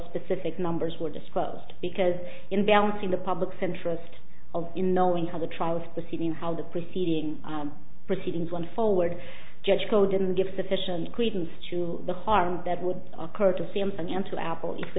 specific numbers were disclosed because in balancing the public's interest in the wing of the trial is proceeding how the proceeding proceedings on forward judge go didn't give sufficient credence to the harm that would occur to